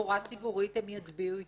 תחבורה ציבורית, הם יצביעו איתי.